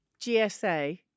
GSA